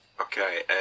Okay